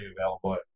available